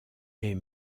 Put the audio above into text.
est